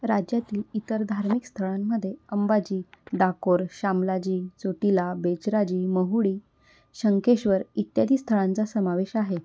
राज्यातील इतर धार्मिक स्थळांमध्ये अंबाजी डाकोर शामलाजी चोटीला बेचराजी महुडी शंखेश्वर इत्यादी स्थळांचा समावेश आहे